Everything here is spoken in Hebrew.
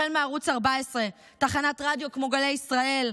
החל מערוץ 14, תחנות רדיו כמו גלי ישראל,